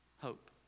hope